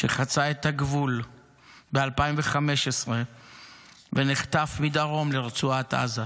שחצה את הגבול ב-2015 ונחטף מדרום לרצועת עזה,